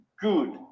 good